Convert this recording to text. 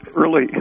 early